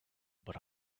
but